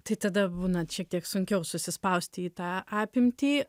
tai tada būna šiek tiek sunkiau susispausti į tą apimtį